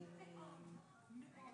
האדם מופיע 64 פעמים,